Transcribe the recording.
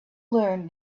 learn